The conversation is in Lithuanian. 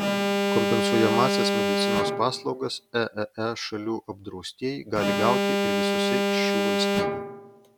kompensuojamąsias medicinos paslaugas eee šalių apdraustieji gali gauti ir visose iš šių valstybių